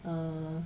err